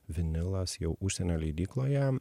vinilas jau užsienio leidykloje